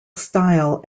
style